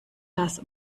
das